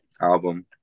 album